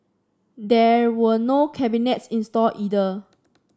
there were no cabinets installed either